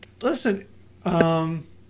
listen